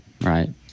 right